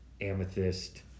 amethyst